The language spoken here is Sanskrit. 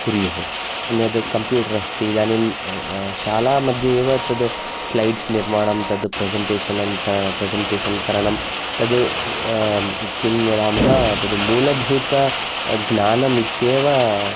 कुर्युः अन्यद् कम्प्युटर् अस्ति इदानीं शाला मध्ये एव तत् स्लैड्स् निर्माणं तद् प्रेसेन्टेषनं प्रेसेन्टेषन् करणं तद् किं वदामः तत् मूलभूत ज्ञानं इत्येव